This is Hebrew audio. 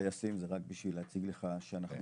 הטייסים זה רק בשביל להציג לך שאנחנו